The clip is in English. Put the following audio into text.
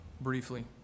briefly